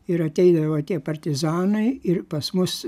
ir ateidavo tie partizanai ir pas mus